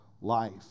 life